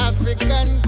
African